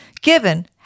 given